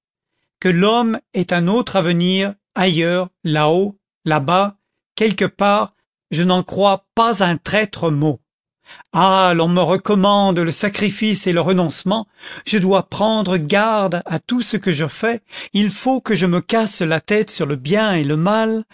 que l'homme ait un autre avenir ailleurs là-haut là-bas quelque part je n'en crois pas un traître mot ah l'on me recommande le sacrifice et le renoncement je dois prendre garde à tout ce que je fais il faut que je me casse la tête sur le bien et le mal